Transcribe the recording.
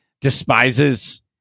despises